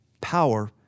Power